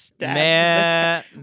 man